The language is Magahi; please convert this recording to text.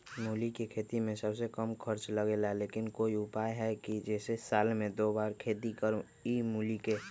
मूली के खेती में सबसे कम खर्च लगेला लेकिन कोई उपाय है कि जेसे साल में दो बार खेती करी मूली के?